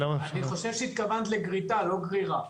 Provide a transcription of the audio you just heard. אני חושב שהתכוונת לגריטה, לא לגרירה.